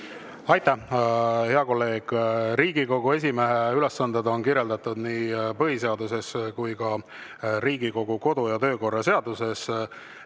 Aitäh, hea kolleeg! Riigikogu esimehe ülesanded on kirjeldatud nii põhiseaduses kui ka Riigikogu kodu‑ ja töökorra seaduses.